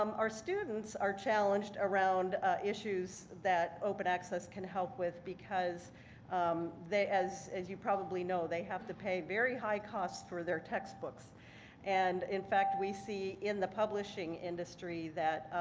um our students are challenged around issues that open access can help with because um as as you probably know, they have to pay very high costs for their textbooks and in fact we see in the publishing industry that